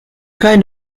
kind